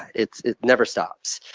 it it never stops.